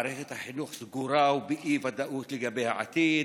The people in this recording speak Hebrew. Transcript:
מערכת החינוך סגורה ובאי-ודאות לגבי העתיד,